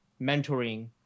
mentoring